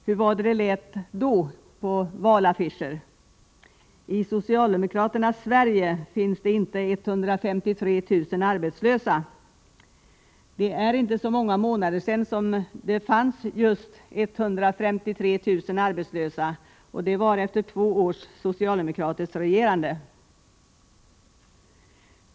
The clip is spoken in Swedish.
Hur var det man skrev på valaffischerna: ”I socialdemokraternas Sverige finns det inte 153 000 arbetslösa.” Det är inte så många månader sedan som det fanns just 153 000 arbetslösa. och det var efter två års socialdemokratiskt regerande.